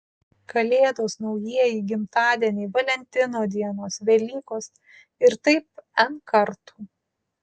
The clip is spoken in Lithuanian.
kalėdos naujieji gimtadieniai valentino dienos velykos ir taip n kartų